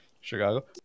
Chicago